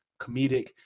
comedic